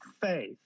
faith